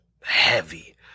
Heavy